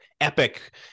epic